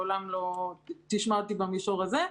לעולם לא תשמע אותי במישור הזה.